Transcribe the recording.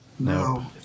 No